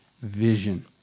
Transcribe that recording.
vision